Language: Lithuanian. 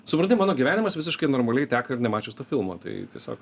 supranti mano gyvenimas visiškai normaliai teka ir nemačius to filmo tai tiesiog